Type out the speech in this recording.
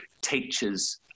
teachers